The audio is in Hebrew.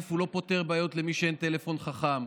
הוא לא פותר בעיות למי שאין לו טלפון חכם,